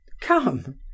come